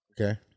Okay